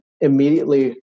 immediately